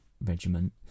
regiment